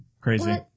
crazy